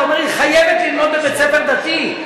אתה אומר: היא חייבת ללמוד בבית-ספר דתי.